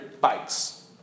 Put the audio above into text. bikes